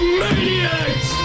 maniacs